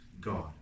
God